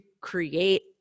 create